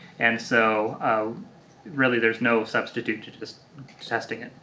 and so really there's no substitute to just testing it.